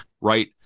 right